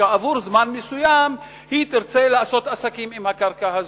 וכעבור זמן מסוים היא תרצה לעשות עסקים בקרקע הזאת.